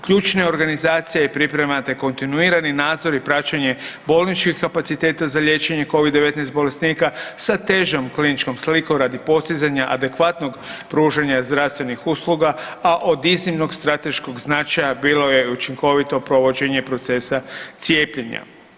Ključne organizacije i priprema na kontinuirani nadzor i praćenje bolničkih kapaciteta za liječenje COVID-19 bolesnika sa težom kliničkom slikom radi postizanja adekvatnog pružanja zdravstvenih usluga, a od iznimnog strateškog značaja, bilo je učinkovito provođenje procesa cijepljenja.